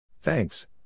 Thanks